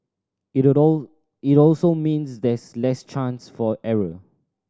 it it also means there's less chance for error